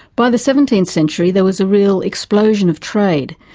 by the seventeenth century, there was a real explosion of trade,